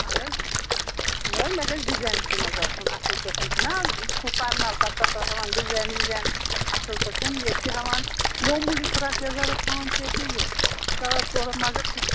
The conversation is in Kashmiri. اہن حظ نہٕ مےٚ حظ گژھِ ڈِزاینسٕے منٛز آسُن اَصٕل پٲٹھ چھُنا آز ہُہ پَرنَل پَتہٕ تَتھ ترٛاوان ڈِزاین وِزاین اَصٕل پٲٹھ ییٚتہِ چھِ ہٮ۪وان موموٗلی فِراک یَزارَس ہٮ۪وان چھِ ییٚتہِ یہِ ساڑ ژور ہَتھ مَگر سُہ چھُ